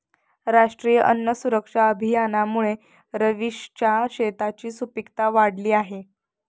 राष्ट्रीय अन्न सुरक्षा अभियानामुळे रवीशच्या शेताची सुपीकता वाढली आहे